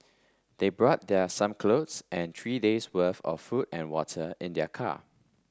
they brought their some clothes and three days' worth of food and water in their car